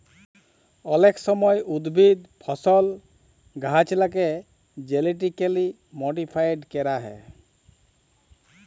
অলেক সময় উদ্ভিদ, ফসল, গাহাচলাকে জেলেটিক্যালি মডিফাইড ক্যরা হয়